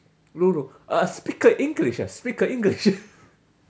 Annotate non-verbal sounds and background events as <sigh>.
lulu uh uh speak english ah speak english <laughs>